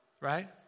Right